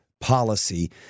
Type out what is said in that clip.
policy